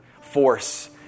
force